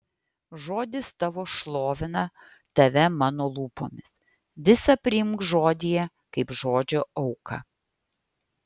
žodis tavo šlovina tave mano lūpomis visa priimk žodyje kaip žodžio auką